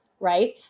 right